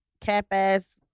cap-ass